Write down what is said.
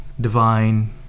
divine